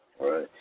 Right